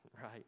Right